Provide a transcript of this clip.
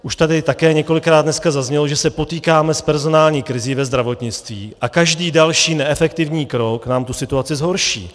Už tady také několikrát dneska zaznělo, že se potýkáme s personální krizí ve zdravotnictví a každý další neefektivní krok nám tu situaci zhorší.